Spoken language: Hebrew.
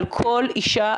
על כל אישה,